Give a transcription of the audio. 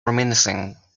reminiscing